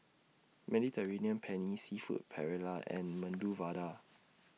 Mediterranean Penne Seafood Paella and Medu Vada